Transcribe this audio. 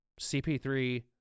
CP3